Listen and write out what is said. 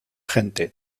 gente